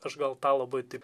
aš gal tą labai taip